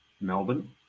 Melbourne